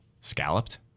Scalloped